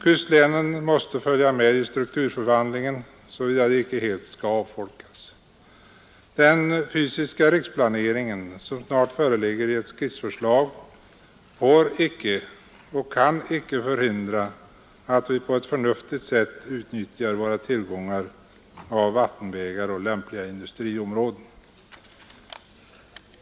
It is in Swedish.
Kustlänen måste följa med i strukturförvandlingen, såvida de icke helt skall avfolkas. Den fysiska riksplaneringen, som snart föreligger i ett skissförslag, får icke och kan icke förhindra att vi på ett förnuftigt sätt utnyttjar våra tillgångar av vattenvägar och lämpliga industriområden.